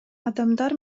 адамдар